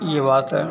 यह बात है